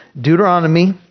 Deuteronomy